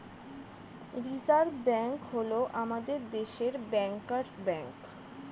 reserve Bank হল আমাদের দেশের ব্যাঙ্কার্স ব্যাঙ্ক